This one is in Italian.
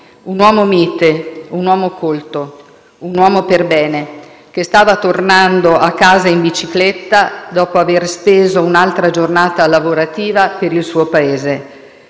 Un uomo mite, un uomo colto e un uomo per bene, che stava tornando a casa in bicicletta dopo aver speso un'altra giornata lavorativa per il suo Paese,